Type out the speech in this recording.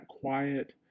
quiet